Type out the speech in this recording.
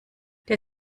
der